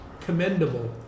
commendable